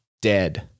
dead